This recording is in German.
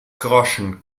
groschen